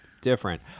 different